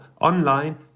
online